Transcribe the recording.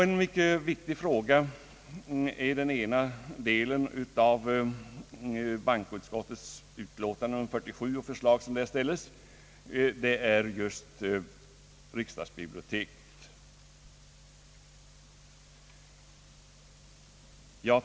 En mycket viktig fråga i den ena delen av bankoutskottets utlåtande nr 47 är förslaget om riksdagsbiblioteket.